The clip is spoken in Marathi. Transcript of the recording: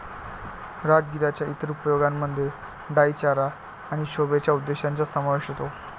राजगिराच्या इतर उपयोगांमध्ये डाई चारा आणि शोभेच्या उद्देशांचा समावेश होतो